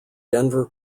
denver